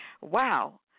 Wow